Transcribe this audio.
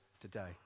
today